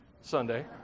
Sunday